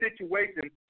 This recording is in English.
situation